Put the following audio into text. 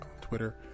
twitter